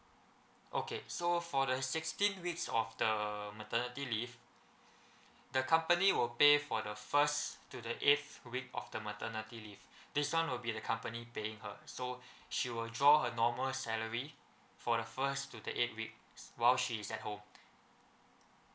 okay so for the sixteen weeks of the maternity leave the company will pay for the first to the eight week of the maternity leave this one will be the company paying her so she will draw her normal salary for the first to the eight week while she's at home